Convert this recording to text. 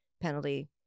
penalty